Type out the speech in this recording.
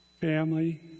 family